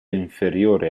inferiore